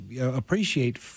appreciate